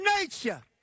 nature